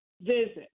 visit